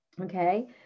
Okay